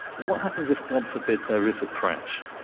and what happens if, god forbid, there is a crash?